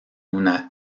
una